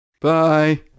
Bye